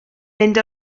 mynd